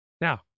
now